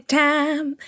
time